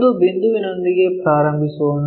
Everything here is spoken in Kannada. ಒಂದು ಬಿಂದುವಿನೊಂದಿಗೆ ಪ್ರಾರಂಭಿಸೋಣ